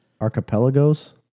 Archipelago's